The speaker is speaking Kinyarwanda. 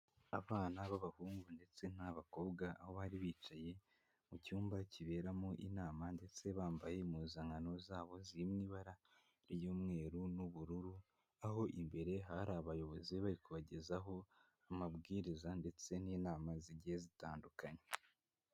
Abana b'abahungu ndetse n'abakobwa aho bari bicaye mu cyumba kiberamo inama ndetse bambaye impuzankano zabo ziri mu ibara ry'umweru n'ubururu aho imbere hari abayobozi bari kubagezaho amabwiriza ndetse n'inama zigiye zitandukanye.